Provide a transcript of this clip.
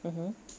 mmhmm